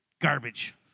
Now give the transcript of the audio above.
Garbage